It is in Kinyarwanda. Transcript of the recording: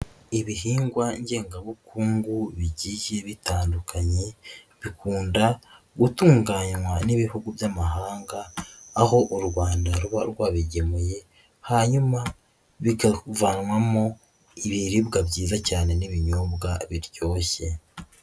Ibihingwa ngengabukungu bigiye bitandukanye bikunda gutunganywa n'ibihugu by'amahanga aho u Rwanda ruba rwabigemuye hanyuma bikavanwamo ibiribwa byiza cyane n'ibinyobwa biryoshye.